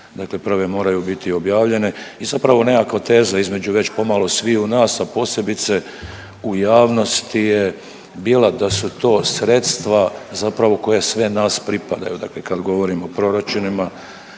dakle prve moraju biti objavljene i zapravo nekakva teza između već pomalo sviju nas, a posebice u javnosti je bila da su to sredstva zapravo koja sve nas pripadaju dakle kad govorimo o proračunima